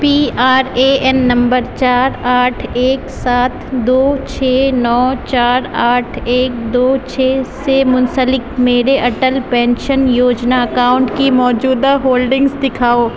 P R A N number چار آٹھ ایک سات دو چھ نو چار آٹھ ایک دو چھ سے منسلک میرے اٹل پینشن یوجنا اکاؤنٹ کی موجودہ ہولڈنگز دکھاؤ